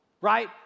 right